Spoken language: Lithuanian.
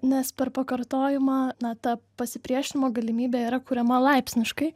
nes per pakartojimą na ta pasipriešinimo galimybė yra kuriama laipsniškai